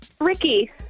Ricky